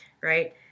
right